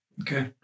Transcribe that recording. Okay